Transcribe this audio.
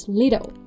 little